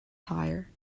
tyre